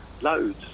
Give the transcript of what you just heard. loads